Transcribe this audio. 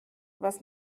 was